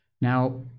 Now